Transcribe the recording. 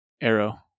arrow